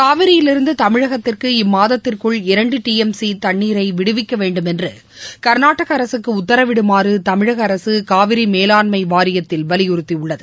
காவிரியிலிருந்து தமிழகத்திற்கு இம்மாதத்திற்குள் இரண்டு டி எம் சி தண்ணீரை விடுவிக்க வேண்டுமென்று கா்நாடக அரசுக்கு உத்தரவிடுமாறு தமிழக அரசு காவிரி மேலாண்மை வாரியத்தில் வலியுறுத்தியுள்ளது